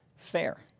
fair